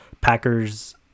packers